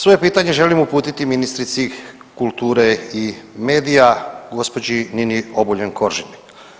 Svoje pitanje želim uputiti ministrici kulture i mediji gđi. Nini Obuljen Koržinek.